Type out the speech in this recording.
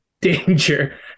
danger